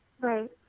Right